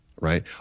right